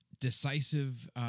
decisive